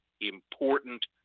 important